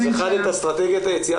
אז את אסטרטגיית היציאה